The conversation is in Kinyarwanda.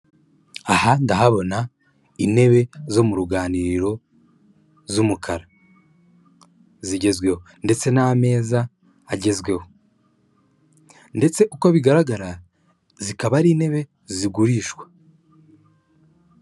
Aha ndahabona intebe zo mu ruganiriro z'umukara zigezweho ndetse n'a ameza agezweho ndetse uko bigaragara zikaba ari intebe zigurishwa.